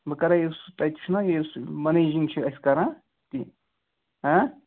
بہٕ کَرَے یُس سُہ تَتہِ چھُنا یہِ سُہ مَنیجِنگ چھِ اَسہِ کَران تہِ